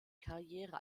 karriere